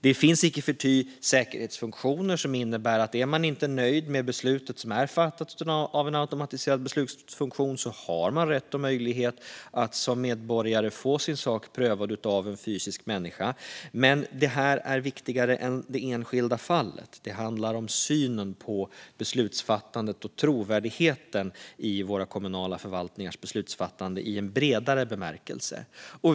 Det finns icke förty säkerhetsfunktioner som innebär att den som inte är nöjd med det beslut som har fattats av en automatiserad beslutsfunktion har rätt att som medborgare få sin sak prövad av en människa, men detta är viktigare än det enskilda fallet. Det handlar om synen på beslutsfattandet och trovärdigheten i våra kommunala förvaltningars beslutsfattande i bredare bemärkelse.